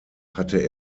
hatte